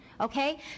okay